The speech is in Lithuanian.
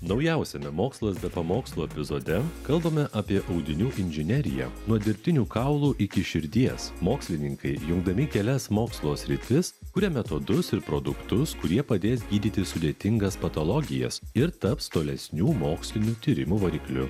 naujausiame mokslas be pamokslų epizode kalbame apie audinių inžineriją nuo dirbtinių kaulų iki širdies mokslininkai jungdami kelias mokslo sritis kuria metodus ir produktus kurie padės gydyti sudėtingas patologijas ir taps tolesnių mokslinių tyrimų varikliu